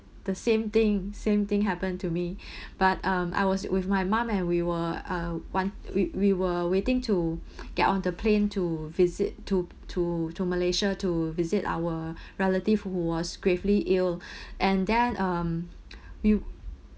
the same thing same thing happen to me but um I was with my mum and we were uh want we we were waiting to get on the plane to visit to to to malaysia to visit our relatives who was gravely ill and then um we